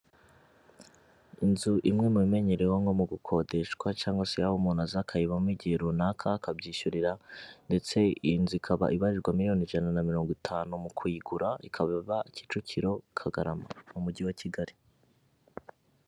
Inzu imwe mu bimenyereweho nko mu gukodeshwa, cyangwa se aho umuntu aza akayibamo igihe runaka akabyishyurira ndetse iyi nzu ikaba ibarirwa miliyo ijana na mirongo itanu mu kuyigura, ikaba iba Kicukiro Kagarama mu Mujyi wa Kigali.